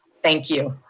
thank you.